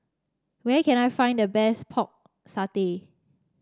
where can I find the best Pork Satay